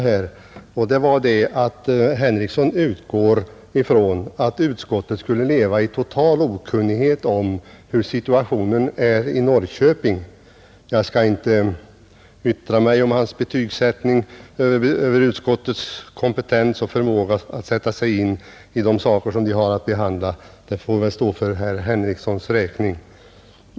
Herr Henrikson utgår ifrån att utskottet skulle leva i total okunnighet om hur situationen är i Norrköping. Jag skall inte yttra mig om hans betygsättning av utskottets kompetens och förmåga att tränga in i de ärenden som det har att behandla — den får väl stå för herr Henriksons räkning.